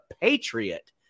Patriot